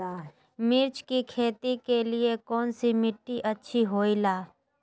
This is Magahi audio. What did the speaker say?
मिर्च की खेती के लिए कौन सी मिट्टी अच्छी होईला?